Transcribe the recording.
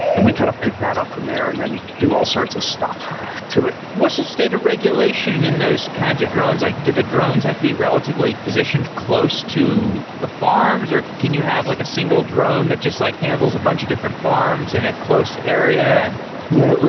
and we kind of pick that up from there and then do all sorts of stuff to it what's the state of regulation in those kinds of drones? like do the drones have to be relatively positioned close to the farms, or can you have like a single drone that just like handles a bunch of different farms in a close area? and yeah.